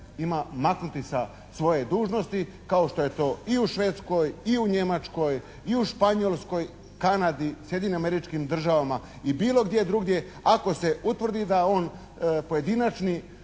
ima maknuti sa svoje dužnosti kao što je to i u Švedskoj i u Njemačkoj i u Španjolskoj, Kanadi, Sjedinjenim Američkim Državama i bilo gdje drugdje ako se utvrdi da on pojedinačni,